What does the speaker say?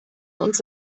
uns